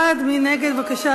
38 קולות בעד, שניים מתנגדים.